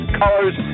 colors